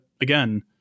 again